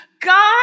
God